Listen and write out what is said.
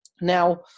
Now